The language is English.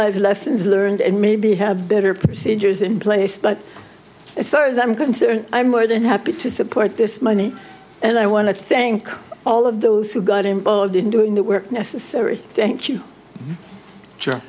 ze lessons learned and maybe have better procedures in place but as far as i'm concerned i'm more than happy to support this money and i want to thank all of those who got involved in doing the work necessary thank you